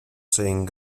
saying